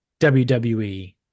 WWE